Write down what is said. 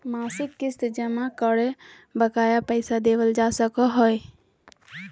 मासिक किस्त जमा करके बकाया पैसा देबल जा सको हय